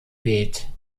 weht